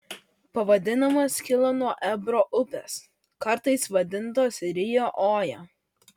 pavadinimas kilo nuo ebro upės kartais vadintos rio oja